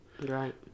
Right